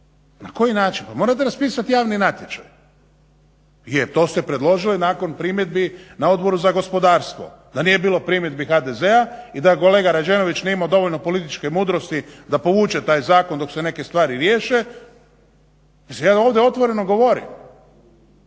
Na koji način? Pa morate raspisati javni natječaj. Je to ste predložili nakon primjedbi na Odboru za gospodarstvo. Da nije bilo primjedbi HDZ-a i da kolega Rađenović nije imao dovoljno političke mudrosti da povuče taj zakon dok se neke stvari riješe. Mislim ja vam ovdje otvoreno govorim